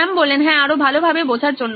শ্যাম হ্যাঁ আরো ভালভাবে বোঝার জন্য